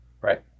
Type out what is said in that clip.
Right